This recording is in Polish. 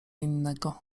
innego